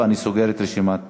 אני סוגר את רשימת הדוברים.